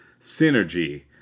synergy